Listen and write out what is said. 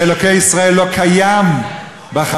ואלוקי ישראל לא קיים בחקיקה,